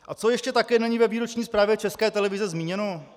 A co ještě také není ve výroční zprávě České televize zmíněno?